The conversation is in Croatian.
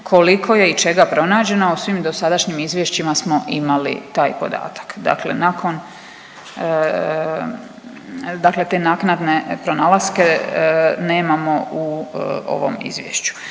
koliko je i čega pronađeno, u svim dosadašnjim izvješćima smo imali taj podatak. Dakle nakon, dakle te naknadne pronalaske nemamo u ovom Izvješću.